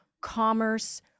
commerce